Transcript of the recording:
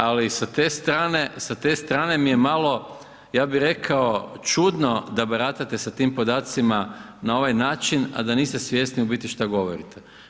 Ali sa te strane mi je malo, ja bih rekao čudno da baratate sa tim podacima na ovaj način a da niste svjesni u biti šta govorite.